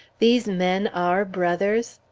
these men our brothers?